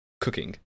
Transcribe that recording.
cooking